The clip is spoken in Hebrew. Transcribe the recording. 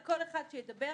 כל אחד שידבר פה.